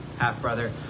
half-brother